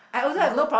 go